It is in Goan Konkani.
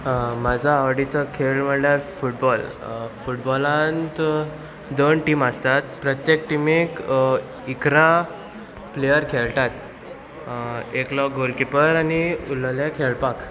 म्हाजो आवडीचो खेळ म्हणल्यार फुटबॉल फुटबॉलांत दोन टीम आसतात प्रत्येक टिमीक इकरा प्लेयर खेळटात एकलो गोलकिपर आनी उरलले खेळपाक